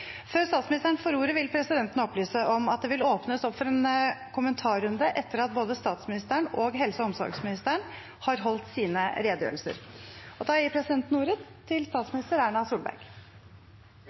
Før statsministeren får ordet, vil presidenten opplyse om at det vil åpnes for en kommentarrunde etter at både statsministeren og helse- og omsorgsministeren har holdt sine redegjørelser. Jeg vil få lov til å benytte anledningen til å ønske alle et godt nytt år og